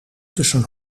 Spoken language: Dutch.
tussen